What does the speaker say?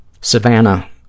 Savannah